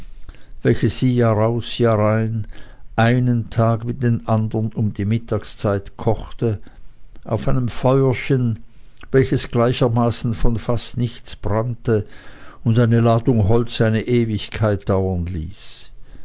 welches sie jahraus jahrein einen tag wie den andern um die mittagszeit kochte auf einem feuerchen welches gleichermaßen fast von nichts brannte und eine ladung holz eine ewigkeit dauern ließ